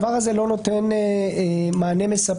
השאלה אם בראייתכם הדבר הזה לא נותן מענה מספק,